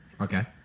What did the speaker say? Okay